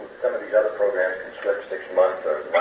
some of these other programs can slip six months